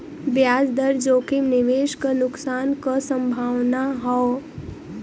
ब्याज दर जोखिम निवेश क नुकसान क संभावना हौ